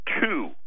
two